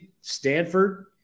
Stanford